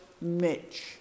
Mitch